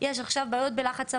פתאום יש בעיות בלחץ המים.